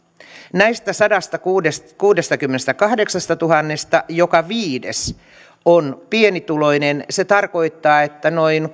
näistä sadastakuudestakymmenestäkahdeksastatuhannesta joka viides on pienituloinen se tarkoittaa että noin